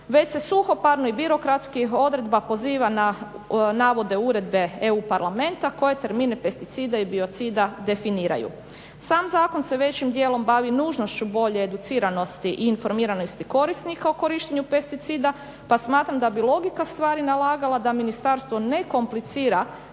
već se suhoparno i birokratski odredba poziva na navode uredbe EU parlamenta koje termine pesticida i biocida definiraju. Sam zakon se većim dijelom bavi nužnošću bolje educiranosti i informiranosti korisnika o korištenju pesticida pa smatram da bi logika stvari nalagala da ministarstvo ne komplicira